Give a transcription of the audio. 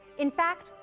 in fact,